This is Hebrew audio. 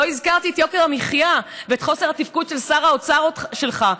לא הזכרתי את יוקר המחיה ואת חוסר התפקוד של שר האוצר שלך.